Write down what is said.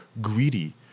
greedy